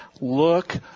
look